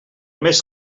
més